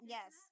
Yes